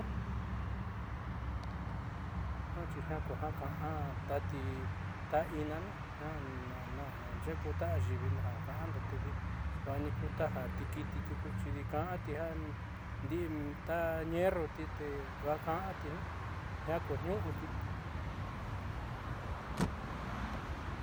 jiaa xi ku ja ka'an tati ina ne jiaa naáxe'e ku ta ayiivi ja ka'ando tedi nduaani ku ta tikiiti tiuku xi ka'anti tita ñeeruuti dua'a ka'ati ne jiaa ku niuuti.